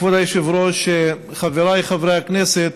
כבוד היושב-ראש, חבריי חברי הכנסת,